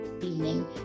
evening